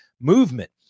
movement